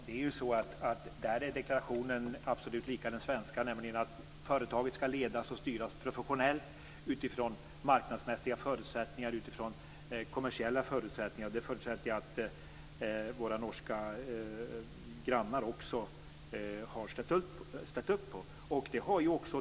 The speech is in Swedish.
Fru talman! På den punkten är deklarationen absolut lik den svenska. Företaget skall ledas och styras professionellt utifrån marknadsmässiga förutsättningar, utifrån kommersiella förutsättningar. Det förutsätter jag att våra norska grannar också har ställt upp på.